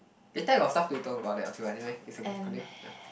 that time got stuff we talk about that but never mind it's okay continue ya